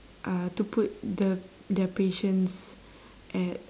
uh to put the their patients at